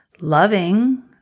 loving